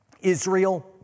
Israel